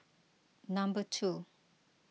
number two